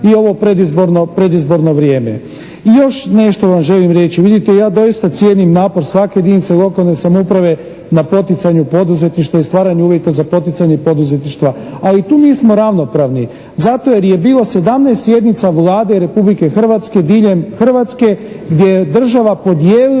i ovo predizborno vrijeme. I još nešto vam želim reći. Vidite ja doista cijenim napor svake jedinice lokalne samouprave na poticanju poduzetništva i stvaranja uvjeta za poticanje i poduzetništva, ali tu nismo ravnopravni zato jer je bilo 17 sjednica Vlade Republike Hrvatske diljem Hrvatske gdje je država podijelila